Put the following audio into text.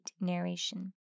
narration